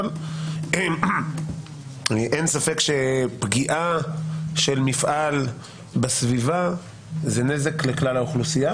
אבל אין ספק שפגיעה של מפעל בסביבה זה נזק לכלל האוכלוסייה,